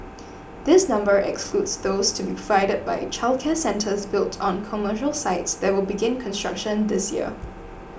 this number excludes those to be provided by childcare centres built on commercial sites that will begin construction this year